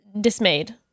dismayed